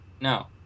No